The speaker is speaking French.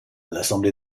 l’assemblée